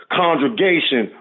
congregation